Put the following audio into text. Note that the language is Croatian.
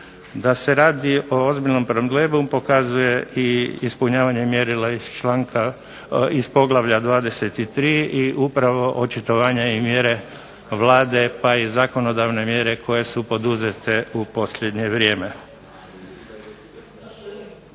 Da se radi o ozbiljnom problemu pokazuje i ispunjavanje mjerila iz poglavlja 23. i upravo očitavanje i mjere Vlade pa i zakonodavne mjere koje su poduzete u posljednje vrijeme.